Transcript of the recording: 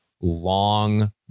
long